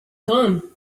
gone